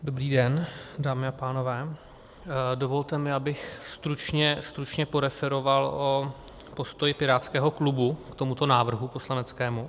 Dobrý den, dámy a pánové, dovolte mi, abych stručně poreferoval o postoji pirátského klubu k tomuto návrhu poslaneckému.